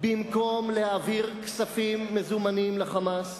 זה במקום להעביר כספים מזומנים ל"חמאס",